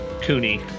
Cooney